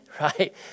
right